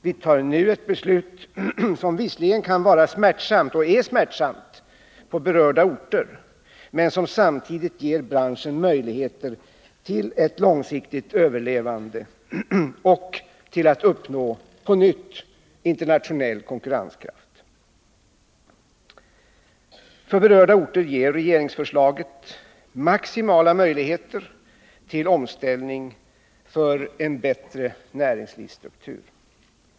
Vi fattar nu ett beslut som visserligen är smärtsamt på berörda orter men som samtidigt ger branschen möjligheter till ett långsiktigt överlevande och till att på nytt uppnå internationell konkurrenskraft. För berörda orter ger regeringsförslaget maximala möjligheter till omställning för en bättre näringslivsstruktur.